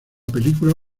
película